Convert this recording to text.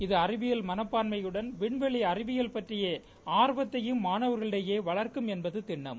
இது அறிவியல் மனப்பான்மையுடன் விண்வெளி அறிவியல் பற்றிய ஆர்வத்தையும் மாணவர்களிடம் வளர்க்கும் என்பகு திண்ணம்